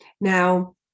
Now